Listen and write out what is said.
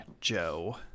joe